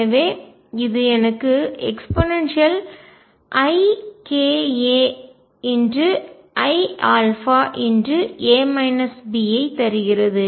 எனவே இது எனக்கு eikaiαஐ தருகிறது